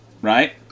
Right